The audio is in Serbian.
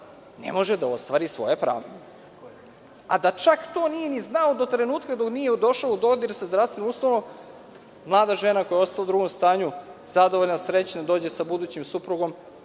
ne može da ostvari svoje pravo, a da čak to nije ni znao do trenutka dok nije došao u dodir sa zdravstvenom ustanovom. Mlada žena koja je ostala u drugom stanju, zadovoljna, srećna, dođe sa budućim suprugom,